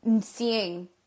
seeing